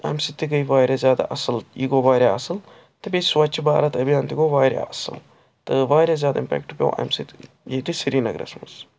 اَمہِ سۭتۍ تہٕ گٔے واریاہ زیادٕ اَصٕل یہِ گوٚو واریاہ اَصٕل تہٕ بیٚیہِ سُوچ بھارت ابھیان تہٕ گوٚو واریاہ اَصٕل تہٕ واریاہ زیادٕ امپٮ۪کٹہٕ پٮ۪و اَمہِ سۭتۍ ییٚتہِ سریٖنَگرَس مَنٛز